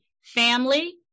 Family